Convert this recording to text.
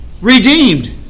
redeemed